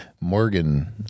Morgan